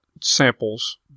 samples